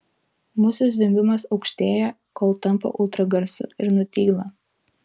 musių zvimbimas aukštėja kol tampa ultragarsu ir nutyla